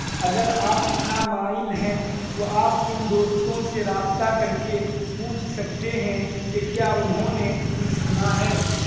اگر آپ اتنا مائل ہیں تو آپ ان دوستوں سے رابطہ کر کے پوچھ سکتے ہیں کہ کیا انہوں نے کچھ سنا ہے